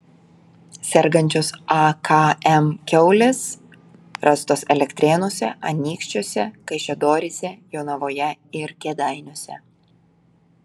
sergančios akm kiaulės rastos elektrėnuose anykščiuose kaišiadoryse jonavoje ir kėdainiuose